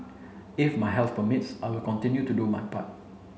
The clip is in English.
if my health permits I will continue to do my part